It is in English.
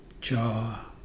jaw